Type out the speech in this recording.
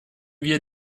wir